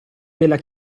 della